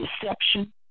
deception